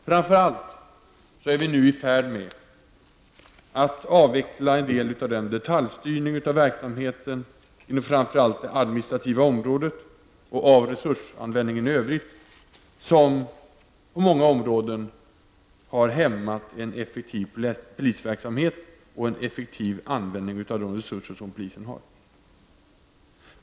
Framför allt är vi nu i färd med att avveckla en del av den detaljstyrning av verksamheten inom speciellt det administrativa området och av resursanvändningen i övrigt som på många områden har hämmat en effektiv polisverksamhet och en effektiv användning av de resurser som polisen har.